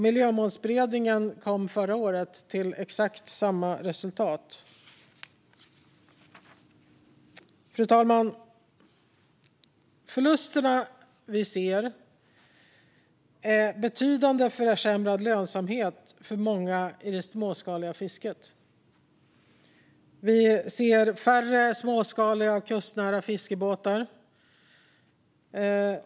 Miljömålsberedningen kom förra året fram till exakt samma resultat. Fru talman! De förluster vi ser innebär betydande försämrad lönsamhet för många i det småskaliga fisket. Det har blivit färre småskaliga och kustnära fiskebåtar.